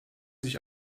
sich